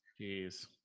Jeez